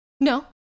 No